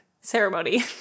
ceremony